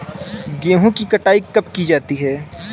गेहूँ की कटाई कब की जाती है?